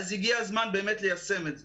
אז הגיע הזמן באמת ליישם את זה.